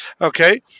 Okay